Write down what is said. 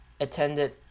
attended